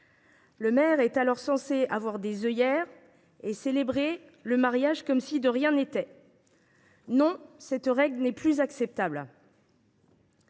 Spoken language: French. Le maire est alors censé se mettre des œillères et célébrer le mariage comme si de rien n’était… Non, cette règle n’est plus acceptable.